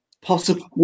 possible